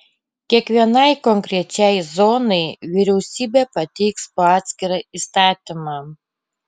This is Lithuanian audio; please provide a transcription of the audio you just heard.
kiekvienai konkrečiai zonai vyriausybė pateiks po atskirą įstatymą